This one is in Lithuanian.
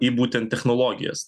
į būtent technologijas